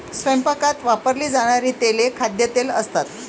स्वयंपाकात वापरली जाणारी तेले खाद्यतेल असतात